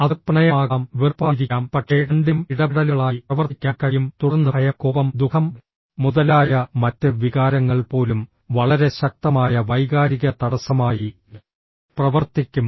അത് പ്രണയമാകാം വെറുപ്പായിരിക്കാം പക്ഷേ രണ്ടിനും ഇടപെടലുകളായി പ്രവർത്തിക്കാൻ കഴിയും തുടർന്ന് ഭയം കോപം ദുഃഖം മുതലായ മറ്റ് വികാരങ്ങൾ പോലും വളരെ ശക്തമായ വൈകാരിക തടസ്സമായി പ്രവർത്തിക്കും